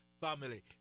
family